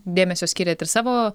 dėmesio skiriat ir savo